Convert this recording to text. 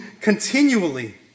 continually